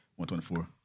124